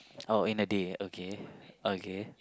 oh in the day okay okay